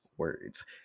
words